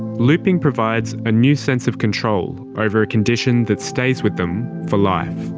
looping provides a new sense of control over a condition that stays with them for life.